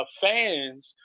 fans